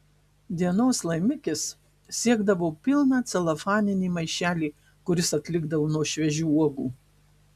dienos laimikis siekdavo pilną celofaninį maišelį kuris atlikdavo nuo šviežių uogų